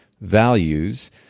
values